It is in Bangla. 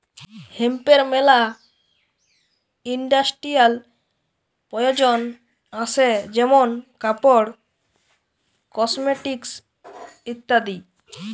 হেম্পের মেলা ইন্ডাস্ট্রিয়াল প্রয়জন আসে যেমন কাপড়, কসমেটিকস ইত্যাদি